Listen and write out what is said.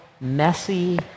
messy